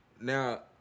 Now